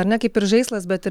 ar ne kaip ir žaislas bet ir